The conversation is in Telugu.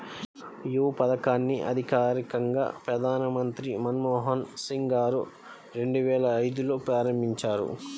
యీ పథకాన్ని అధికారికంగా ప్రధానమంత్రి మన్మోహన్ సింగ్ గారు రెండువేల ఐదులో ప్రారంభించారు